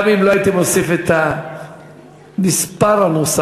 גם אם לא הייתי מוסיף את המספר הנוסף,